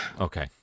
Okay